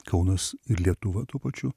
kaunas ir lietuva tuo pačiu